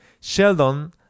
Sheldon